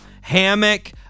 Hammock